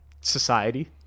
Society